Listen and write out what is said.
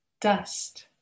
dust